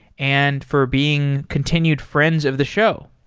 and for being continued friends of the show.